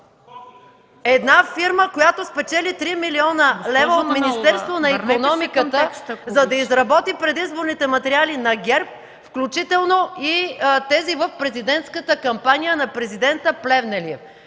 МАЯ МАНОЛОВА: … три милиона лева от Министерство на икономиката, за да изработи предизборните материали на ГЕРБ, включително и тези в президентската кампания на президента Плевнелиев,